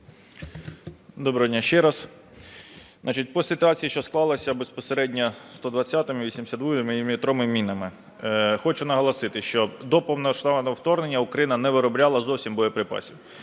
Доброго дня ще раз. Значить, по ситуації, що склалася безпосередньо із 120, 82-міліметровими мінами. Хочу наголосити, що до повномасштабного вторгнення Україна не виробляла зовсім боєприпасів.